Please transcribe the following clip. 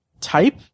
type